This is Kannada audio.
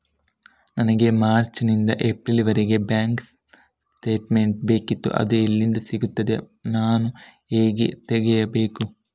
ನನಗೆ ಮಾರ್ಚ್ ನಿಂದ ಏಪ್ರಿಲ್ ವರೆಗೆ ಬ್ಯಾಂಕ್ ಸ್ಟೇಟ್ಮೆಂಟ್ ಬೇಕಿತ್ತು ಅದು ಎಲ್ಲಿಂದ ಸಿಗುತ್ತದೆ ನಾನು ಹೇಗೆ ತೆಗೆಯಬೇಕು?